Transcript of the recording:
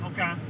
Okay